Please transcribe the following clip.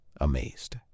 amazed